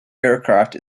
aircraft